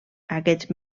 aquests